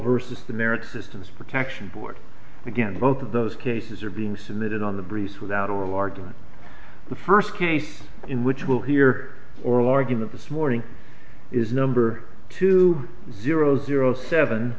versus the merits systems protection board again both of those cases are being submitted on the briefs without oral arguments the first case in which will hear oral argument this morning is number two zero zero seven